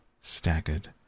staggered